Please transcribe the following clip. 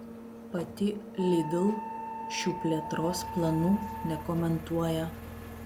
pati lidl šių plėtros planų nekomentuoja